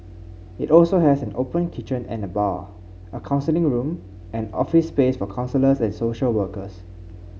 it also has an open kitchen and bar a counselling room and office space for counsellors and social workers